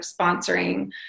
sponsoring